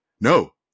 No